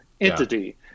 entity